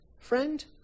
friend